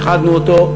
איחדנו אותם.